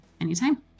anytime